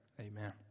Amen